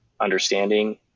understanding